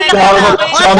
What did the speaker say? בחור טוב זה לא מקצוע.